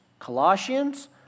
Colossians